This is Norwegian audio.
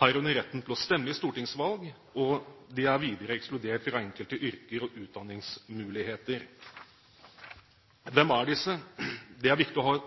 herunder retten til å stemme i stortingsvalg. De er videre ekskludert fra enkelte yrker og utdanningsmuligheter. Hvem er disse? Det er viktig å ha